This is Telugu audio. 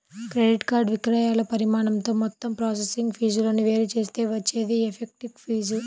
క్రెడిట్ కార్డ్ విక్రయాల పరిమాణంతో మొత్తం ప్రాసెసింగ్ ఫీజులను వేరు చేస్తే వచ్చేదే ఎఫెక్టివ్ ఫీజు